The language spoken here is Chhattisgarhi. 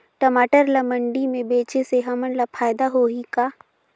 टमाटर ला मंडी मे बेचे से हमन ला फायदा होही का?